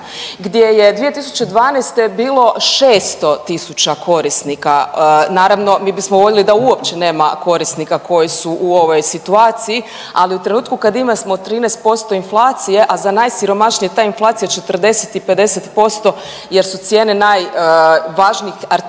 gdje je 2012. bilo 600000 korisnika. Naravno mi bismo voljeli da uopće nema korisnika koji su u ovoj situaciji, ali u trenutku kad imamo 13% inflacije, a za najsiromašnije je ta inflacija 40 i 50% jer su cijene najvažnijih artikala